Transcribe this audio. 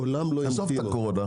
עזוב את הקורונה.